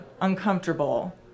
uncomfortable